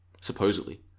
supposedly